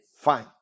Fine